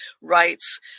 rights